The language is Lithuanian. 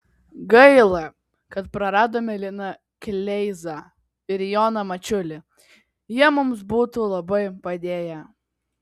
gaila kad praradome liną kleizą ir joną mačiulį jie mums būtų labai padėję